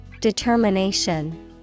Determination